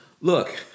look